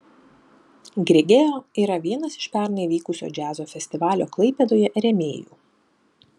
grigeo yra vienas iš pernai vykusio džiazo festivalio klaipėdoje rėmėjų